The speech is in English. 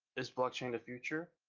is blockchain the future?